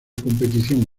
competición